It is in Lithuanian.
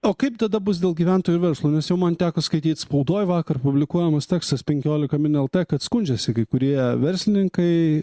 o kaip tada bus dėl gyventojų verslo nes jau man teko skaityt spaudoj vakar publikuojamas tekstas penkiolika min lt kad skundžiasi kai kurie verslininkai